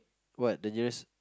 what the nearest